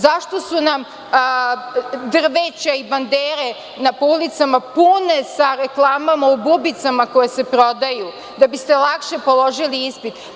Zašto su nam drveća i bandere po ulicama pune reklama o bubicama koje se prodaju da bi se lakše položili ispiti?